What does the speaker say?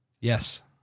Yes